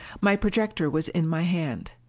my projector was in my hand.